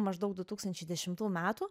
maždaug du tūkstančiai dešimtų metų